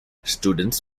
students